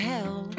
Hell